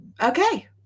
okay